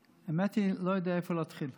האמת היא שאני לא יודע איפה להתחיל.